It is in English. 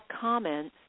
comments